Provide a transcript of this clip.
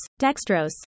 dextrose